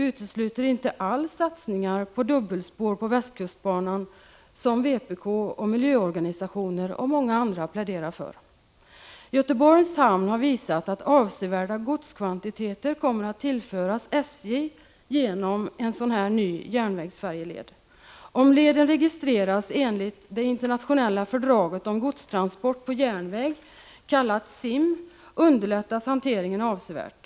— utesluter inte alls satsningar på dubbelspår på västkustbanan som vpk, miljöorganisationer och många andra pläderar för. Göteborgs hamn har visat att avsevärda godskvantiteter kommer att tillföras SJ genom en sådan här ny järnvägsfärjeled. Om leden registreras enligt det internationella fördraget om godstransport på järnväg, CIM, underlättas hanteringen avsevärt.